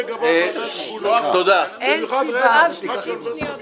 במיוחד כשאוניברסיטה מתנגדת.